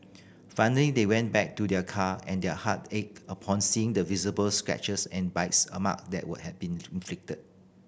finally they went back to their car and their heart ached upon seeing the visible scratches and bites a mark that were had been inflicted